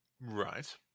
Right